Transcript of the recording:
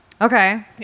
Okay